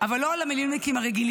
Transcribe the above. אבל לא על המילואימניקים הרגילים,